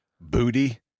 Booty